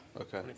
Okay